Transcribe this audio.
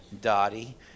Dottie